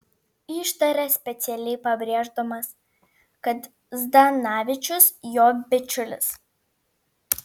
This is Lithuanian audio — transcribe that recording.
ištarė specialiai pabrėždamas kad zdanavičius jo bičiulis